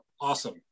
awesome